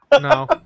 no